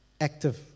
active